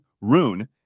Rune